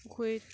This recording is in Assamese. পুখুৰীত